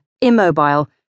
immobile